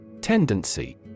Tendency